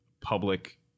public